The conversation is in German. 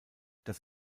das